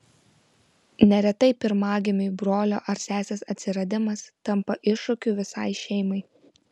neretai pirmagimiui brolio ar sesės atsiradimas tampa iššūkiu visai šeimai